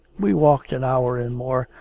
we walked an hour and more,